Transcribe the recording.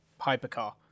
hypercar